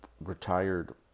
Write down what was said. retired